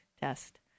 test